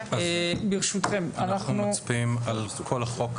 אנחנו מצביעים על כל החוק,